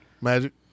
Magic